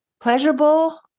pleasurable